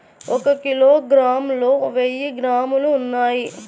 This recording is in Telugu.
ఒక కిలోగ్రామ్ లో వెయ్యి గ్రాములు ఉన్నాయి